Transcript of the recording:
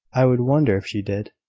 i should wonder if she did,